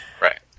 Right